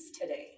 today